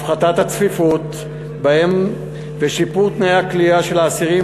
הפחתת הצפיפות בהם ושיפור תנאי הכליאה של האסירים